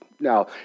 Now